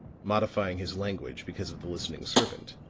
modifying his language because of the listening servant,